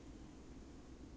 是 meh